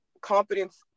confidence